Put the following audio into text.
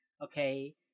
Okay